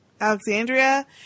Alexandria